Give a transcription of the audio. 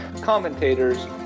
commentators